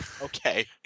Okay